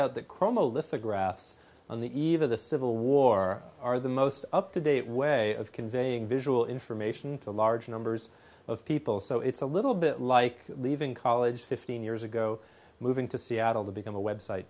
out that chroma lithographs on the eve of the civil war are the most up to date way of conveying visual information to large numbers of people so it's a little bit like leaving college fifteen years ago moving to seattle to become a website